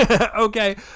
Okay